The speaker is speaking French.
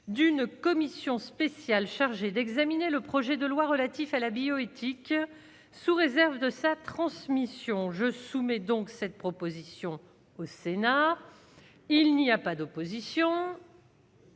d'une commission spéciale chargée d'examiner le projet de loi relatif à la bioéthique, sous réserve de sa transmission je soumets donc cette proposition au Sénat, il n'y a pas d'opposition.